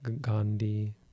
Gandhi